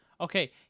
Okay